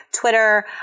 Twitter